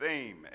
theme